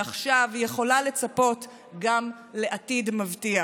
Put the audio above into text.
ועכשיו היא יכולה לצפות גם לעתיד מבטיח.